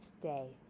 day